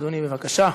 אדוני, בבקשה.